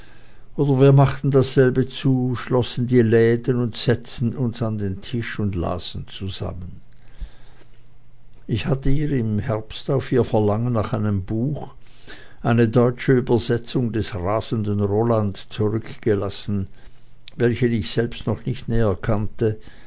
oder wir machten dasselbe zu schlossen die läden und setzten uns an den tisch und lasen zusammen ich hatte ihr im herbst auf ihr verlangen nach einem buche eine deutsche übersetzung des rasenden roland zurückgelassen welchen ich selbst noch nicht näher kannte